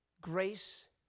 grace